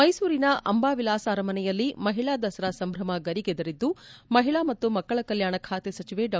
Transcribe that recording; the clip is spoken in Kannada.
ಮೈಸೂರಿನ ಅಂಬಾವಿಲಾಸ ಅರಮನೆಯಲ್ಲಿ ಮಹಿಳಾ ದಸರಾ ಸಂಭ್ರಮ ಗರಿಗೆದರಿದ್ದು ಮಹಿಳಾ ಮತ್ತು ಮಕ್ಕಳ ಕಲ್ಕಾಣ ಖಾತೆ ಸಚಿವೆ ಡಾ